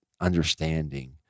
understanding